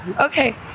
Okay